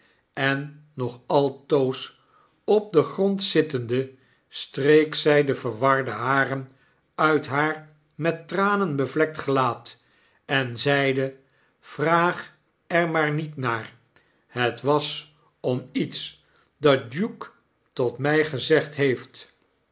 en nog altoos op den grond zittende streek zy de verwarde haren uit haar met tranen bevlekt gelaat en zeide vraag er maar niet naar het was omiets dat duke tot my gezegd heeft